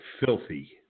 filthy –